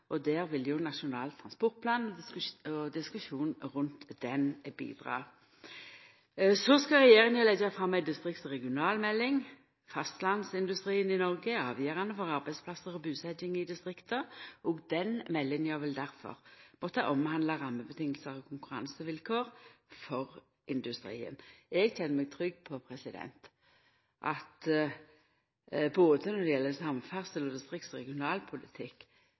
Der vil jo Nasjonal transportplan og diskusjonen rundt den bidra. Så skal regjeringa leggja fram ei distrikts- og regionalmelding. Fastlandsindustrien i Noreg er avgjerande for arbeidsplassar og busetjing i distrikta. Den meldinga vil difor måtta omhandla rammevilkår og konkurransevilkår for industrien. Eg kjenner meg trygg på at både når det gjeld samferdsel og distrikts- og regionalpolitikk,